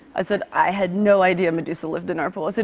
i said, i had no idea medusa lived in our pool. i said,